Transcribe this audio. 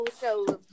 shows